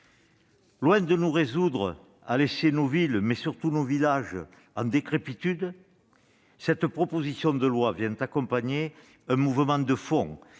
Loin de se résoudre à laisser nos villes, mais surtout nos villages, en décrépitude, les auteurs de cette proposition de loi accompagnent un mouvement de fond,